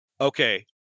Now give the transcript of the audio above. Okay